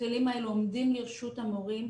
הכלים האלו עומדים לרשות המורים.